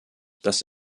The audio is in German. dass